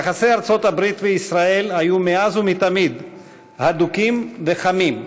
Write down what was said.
יחסי ארצות-הברית וישראל היו מאז ומתמיד הדוקים וחמים,